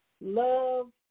love